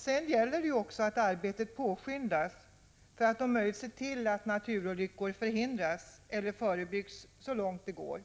Sedan gäller det också att man påskyndar arbetet för att om möjligt hindra eller förebygga naturolyckor.